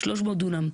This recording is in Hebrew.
300 דונם,